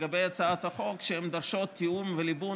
לגבי הצעת החוק שהן דורשות תיאום וליבון